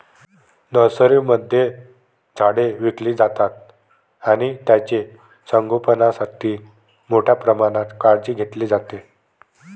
नर्सरीमध्ये झाडे विकली जातात आणि त्यांचे संगोपणासाठी मोठ्या प्रमाणात काळजी घेतली जाते